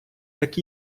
так